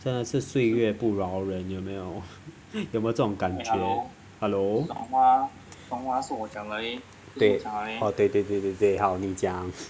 真的是岁月不饶人有没有有没有这种感觉 hello 对哦对对对对对好你讲